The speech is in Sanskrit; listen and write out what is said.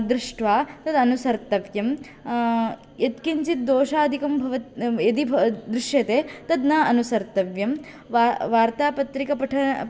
दृष्ट्वा तदनुसर्तव्यं यत्किञ्चित् दोषादिकं भवत् यदि दृश्यते तत् न अनुसर्तव्यं वा वार्ताप्रत्रिका पठन